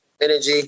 energy